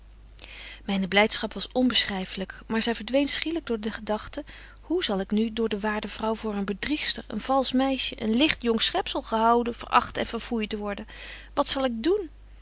myne blydschap was onbeschryflyk maar zy verdween schielyk door de gedagten hoe zal ik nu door de waarde vrouw voor een bedriegster een valsch meisje een ligt jong schepzel gehouden veracht en verfoeit worden wat zal ik doen